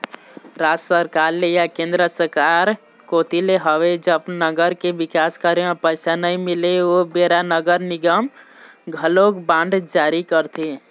राज सरकार ले या केंद्र सरकार कोती ले होवय जब नगर के बिकास करे म पइसा नइ मिलय ओ बेरा नगर निगम घलोक बांड जारी करथे